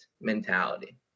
mentality